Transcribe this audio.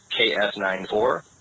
KS94